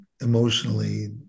emotionally